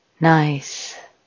Nice